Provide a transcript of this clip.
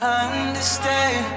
understand